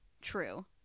true